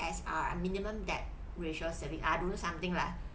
as our minimum debt ratio saving I do something lah